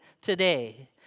today